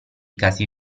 casi